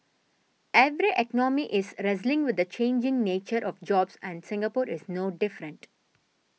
every economy is wrestling with the changing nature of jobs and Singapore is no different